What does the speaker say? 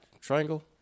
Triangle